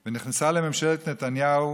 היא נכנסה לממשלת נתניהו